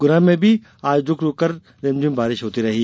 गुना में भी आज रूक रूककर रिमझिम बारिश होती रही